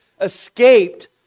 escaped